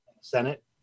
senate